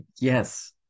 Yes